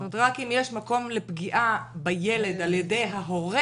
זאת אומרת, רק אם יש מקום לפגיעה בילד ע"י ההורה,